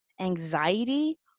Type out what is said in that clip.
anxiety